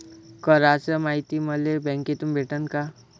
कराच मायती मले बँकेतून भेटन का?